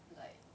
like